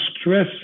stress